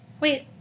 Wait